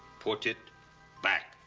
put it back,